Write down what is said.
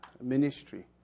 ministry